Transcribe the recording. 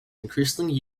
increasingly